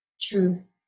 truth